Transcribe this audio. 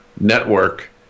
network